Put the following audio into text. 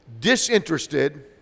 disinterested